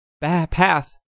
Path